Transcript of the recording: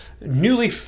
newly